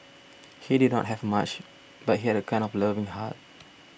he did not have much but he had a kind of loving heart